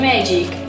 Magic